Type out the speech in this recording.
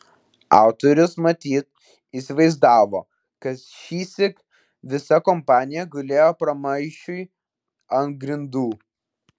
autorius matyt įsivaizdavo kad šįsyk visa kompanija gulėjo pramaišiui ant grindų